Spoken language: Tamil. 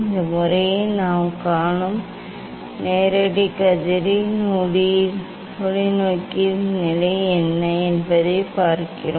இந்த முறையை நாம் காணும் நேரடி கதிரில் தொலைநோக்கியின் நிலை என்ன என்பதைப் பார்க்கிறோம்